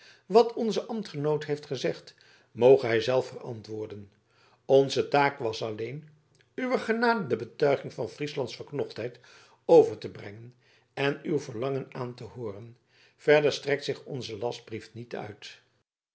wat onze ambtgenoot heeft gezegd moge hij zelf verantwoorden onze taak was alleen uwer genade de betuiging van frieslands verknochtheid over te brengen en uw verlangen aan te hooren verder strekt zich onze lastbrief niet uit